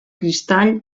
cristall